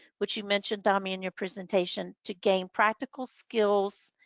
which you mentioned dami in your presentation, to gain practical skills